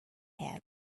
head